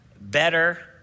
better